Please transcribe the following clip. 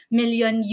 million